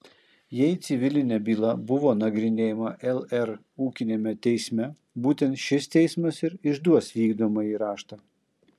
jei civilinė byla buvo nagrinėjama lr ūkiniame teisme būtent šis teismas ir išduos vykdomąjį raštą